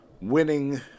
winning